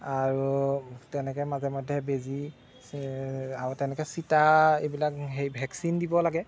আৰু তেনেকে মাজে মাজে বেজি আৰু তেনেকে চিটা এইবিলাক হেই ভেকচিন দিব লাগে